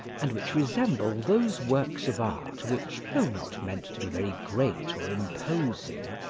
and which resemble those works of art which, though not meant to be very great or imposing,